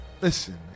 listen